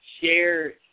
share